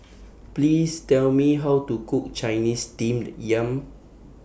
Please Tell Me How to Cook Chinese Steamed Yam